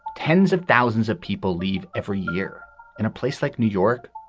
tens of thousands of people leave every year in a place like new york.